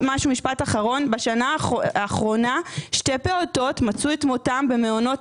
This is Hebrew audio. בשנה האחרונה שני פעוטות מצאו את מותם במעונות